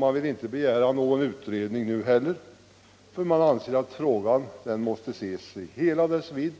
Man vill inte begära någon utredning, eftersom man anser att frågan måste ses i hela sin vidd.